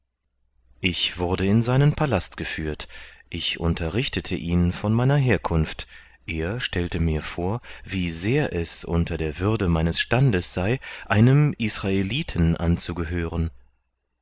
ich wurde in seinen palast geführt ich unterrichtete ihn von meiner herkunft er stellte mir vor wie sehr er unter der würde meines standes sei einem israeliten anzugehören